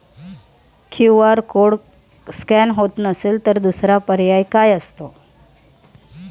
QR code scan होत नसेल तर दुसरा पर्याय काय असतो?